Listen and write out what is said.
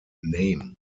name